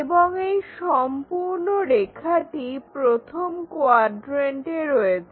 এবং এই সম্পূর্ণ রেখাটি প্রথম কোয়াড্রেন্টে রয়েছে